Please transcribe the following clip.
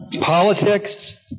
Politics